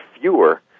fewer